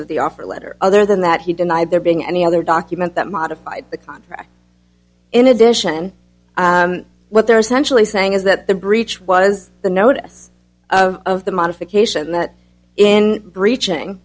of the offer letter other than that he denied there being any other document that modified the contract in addition what they're essentially saying is that the breach was the notice of the modification that in breaching